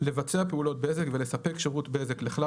לבצע פעולת בזק ולספק שירות בזק לכלל